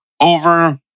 over